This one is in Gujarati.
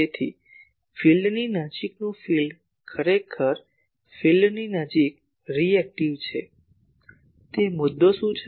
તેથી ફિલ્ડની નજીકનું વિસ્તાર ખરેખર ફિલ્ડની નજીક રી એકટીવ છે તે મુદ્દો શું છે